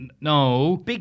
no